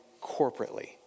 corporately